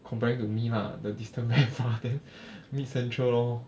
comparing to me lah the distant very far then meet central lor